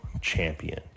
champion